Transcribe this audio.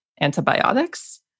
antibiotics